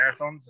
marathons